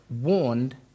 warned